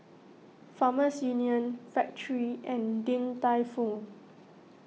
Farmers Union Factorie and Din Tai Fung